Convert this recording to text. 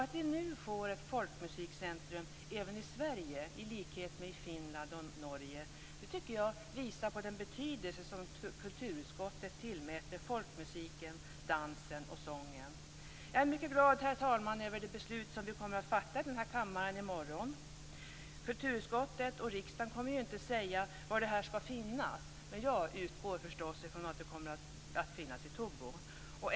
Att vi nu får ett folkmusikcentrum även i Sverige i likhet med Finland och Norge tycker jag visar på den betydelse som kulturutskottet tillmäter folkmusiken, dansen och sången. Herr talman! Jag är mycket glad över det beslut som vi kommer att fatta i den här kammaren i morgon. Kulturutskottet och riksdagen kommer inte att säga var centrumet skall finnas, men jag utgår förstås från att det kommer att finnas i Tobo.